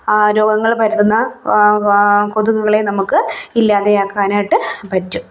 രോഗങ്ങള് പരത്തുന്ന കൊതുകുകളെ നമുക്ക് ഇല്ലാതെയാക്കാനായിട്ട് പറ്റും